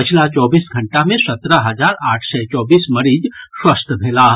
पछिला चौबीस घंटा मे सत्रह हजार आठ सय चौबीस मरीज स्वस्थ भेलाह